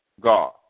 God